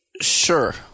Sure